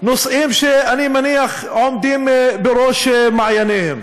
נושאים שאני מניח שעומדים בראש מעייניהם.